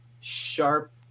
sharp